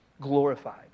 glorified